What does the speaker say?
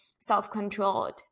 self-controlled